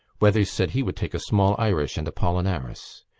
weathers said he would take a small irish and apollinaris.